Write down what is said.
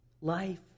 life